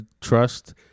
trust